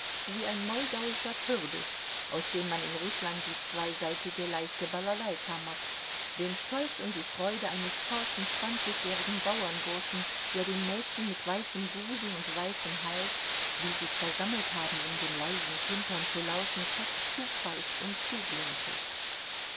wie ein moldauischer kürbis aus dem man in rußland die zweisaitige leichte balalaika macht den stolz und die freude eines forschen zwanzigjährigen bauernburschen der den mädchen mit weißem busen und weißem hals die sich versammelt haben um dem leisen klimpern zu lauschen keck zupfeift und zublinzelt